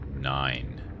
nine